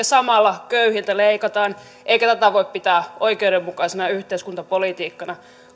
samalla köyhiltä leikataan eikä tätä voi pitää oikeudenmukaisena yhteiskuntapolitiikkana